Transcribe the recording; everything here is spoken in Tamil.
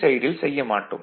சைடில் செய்ய மாட்டோம்